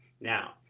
Now